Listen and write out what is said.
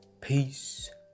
Peace